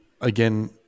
again